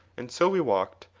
and so we walked,